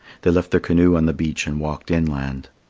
they left their canoe on the beach and walked inland.